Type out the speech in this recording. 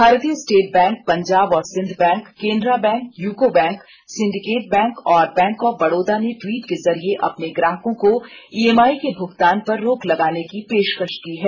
भारतीय state bank Punjab और Sind bank Canara bank UCO bank syndicate bank और बैंक ऑफ बडोदा ने ट्वीट के जरिए अपने ग्राहकों को ईएमआई के भुगतान पर रोक लगाने की पेशकश की है